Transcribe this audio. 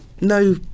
no